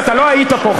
אתה לא היית פה,